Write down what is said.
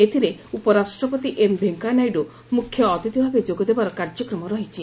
ଏଥିରେ ଉପରାଷ୍ଟପତି ଏମ ଭେଙ୍କୟାନାଇଡୁ ମୁଖ୍ୟ ଅତିଥିଭାବେ ଯୋଗଦେବାର କାର୍ଯ୍ୟକ୍ରମ ରହିଛି